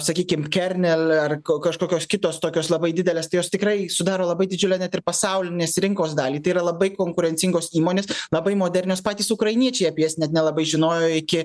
sakykim kernel ar ko kažkokios kitos tokios labai didelės tai jos tikrai sudaro labai didžiulę net ir pasaulinės rinkos dalį tai yra labai konkurencingos įmonės labai modernios patys ukrainiečiai apie jas net nelabai žinojo iki